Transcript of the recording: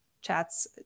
chats